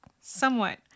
somewhat